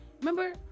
Remember